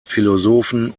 philosophen